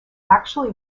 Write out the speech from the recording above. actually